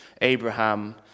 Abraham